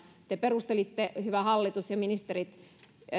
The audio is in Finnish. te perustelitte hyvä hallitus ja ministerit tätä